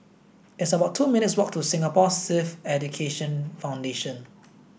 it's about two minutes' walk to Singapore Sikh Education Foundation